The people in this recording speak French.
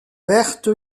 verte